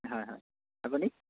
হয় হয় আপুনি